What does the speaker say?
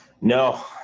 no